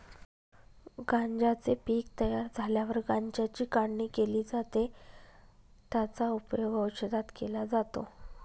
गांज्याचे पीक तयार झाल्यावर गांज्याची काढणी केली जाते, त्याचा उपयोग औषधात केला जातो